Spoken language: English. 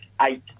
eight